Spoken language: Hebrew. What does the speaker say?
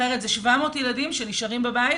אחרת זה ש-700 ילדים שנשארים בבית.